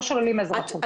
לא שוללים אזרחות.